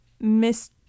Miss